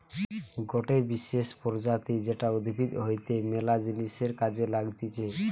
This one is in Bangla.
গটে বিশেষ প্রজাতি যেটা উদ্ভিদ হইতে ম্যালা জিনিসের কাজে লাগতিছে